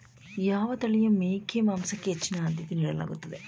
ಯಾವ ತಳಿಯ ಮೇಕೆ ಮಾಂಸಕ್ಕೆ ಹೆಚ್ಚಿನ ಆದ್ಯತೆ ನೀಡಲಾಗುತ್ತದೆ?